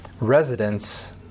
residents